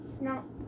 No